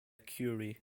curie